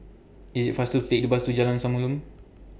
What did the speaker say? IT IS faster to Take The Bus to Jalan Samulun